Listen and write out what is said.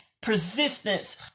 persistence